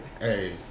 Hey